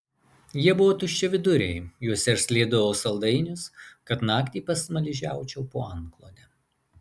jie buvo tuščiaviduriai juose aš slėpdavau saldainius kad naktį pasmaližiaučiau po antklode